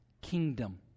kingdom